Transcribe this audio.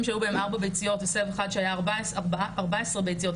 של 4 ביציות וסבב אחד שהיה בו 14 ביציות,